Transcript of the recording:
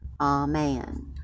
Amen